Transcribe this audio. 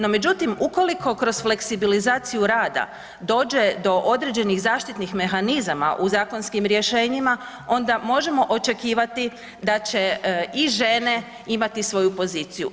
No međutim ukoliko kroz fleksibilizaciju rada dođe do određenih zaštitnih mehanizama u zakonskim rješenjima onda možemo očekivati da će i žene imati svoju poziciju.